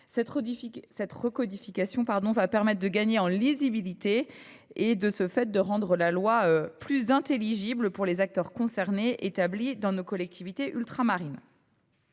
Cette recodification fera gagner la loi en lisibilité et, de ce fait, la rendra plus intelligible pour les acteurs concernés établis dans les collectivités ultramarines.